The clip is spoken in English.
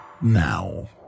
now